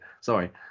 Sorry